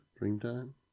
Dreamtime